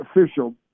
official